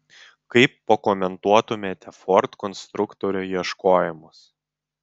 kaip pakomentuotumėte ford konstruktorių ieškojimus